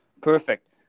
Perfect